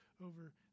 over